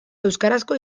euskarazko